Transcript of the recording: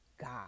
God